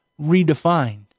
redefined